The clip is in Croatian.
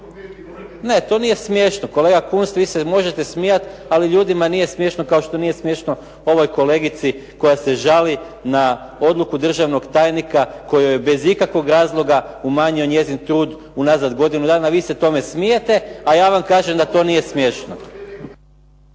Ne to nije smiješno, kolega Kunst vi se možete smijati ali ljudima nije smiješno, kao što nije smiješno ovoj kolegici koja se žali na odluku državnog tajnika kojoj je bez ikakvog razloga umanjio njezin trud unazad godinu dana a vi se tome smijete, a ja vam kažem da to nije smiješno.